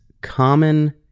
common